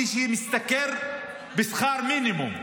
שמשתכרת בשכר מינימום,